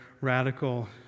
radical